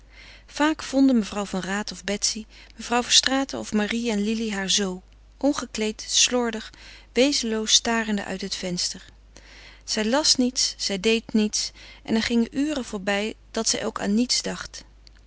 vaak vonden mevrouw van raat of betsy mevrouw verstraeten of marie en lili haar zo ongekleed slordig wezenloos starende uit het venster zij las niet zij deed niets en er gingen uren voorbij dat zij ook aan niets dacht